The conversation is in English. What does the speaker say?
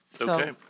Okay